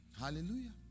Hallelujah